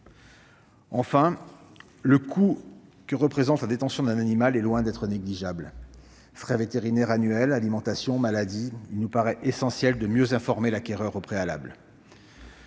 Enfin, le coût que représente la détention d'un animal est loin d'être négligeable : frais vétérinaires, alimentation, maladies ... Il nous semble donc essentiel de mieux informer l'acquéreur au préalable.